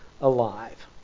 alive